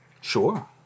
Sure